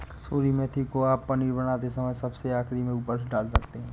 कसूरी मेथी को आप पनीर बनाते समय सबसे आखिरी में ऊपर से डाल सकते हैं